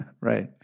Right